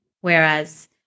Whereas